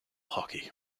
hockey